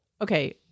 okay